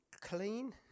clean